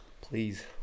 Please